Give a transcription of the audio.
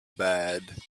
bad